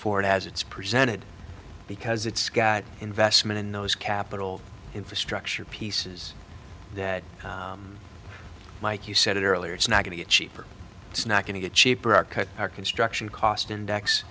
for it as it's presented because sky investment in those capital infrastructure pieces that mike you said earlier it's not going to get cheaper it's not going to get cheaper our cut our construction cost index